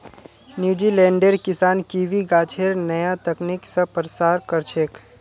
न्यूजीलैंडेर किसान कीवी गाछेर नया तकनीक स प्रसार कर छेक